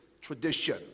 tradition